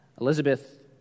Elizabeth